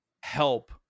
help